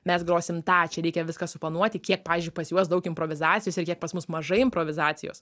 mes grosim tą čia reikia viską suplanuoti kiek pavyzdžiui pas juos daug improvizacijos ir kiek pas mus mažai improvizacijos